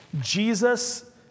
Jesus